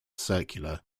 circular